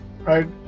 right